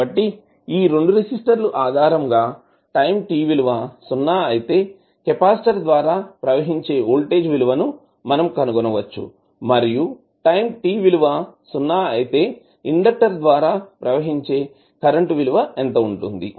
కాబట్టి ఈ 2 రెసిస్టర్ లు ఆధారంగా టైం t విలువ సున్నా అయితే కెపాసిటర్ ద్వారా ప్రవహించే వోల్టేజ్ విలువను మనం కనుగొనవచ్చు మరియు టైం t విలువ సున్నా అయితే ఇండెక్టర్ ద్వారా ప్రవహించే కరెంట్ విలువ ఎంత ఉంటుంది